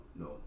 no